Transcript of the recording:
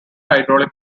hydraulic